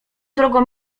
drogą